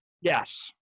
Yes